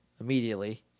immediately